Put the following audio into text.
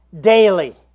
daily